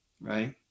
right